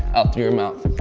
out through your mouth.